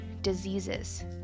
diseases